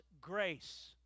grace